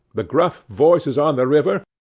the gruff voices on the river,